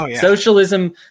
socialism